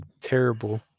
terrible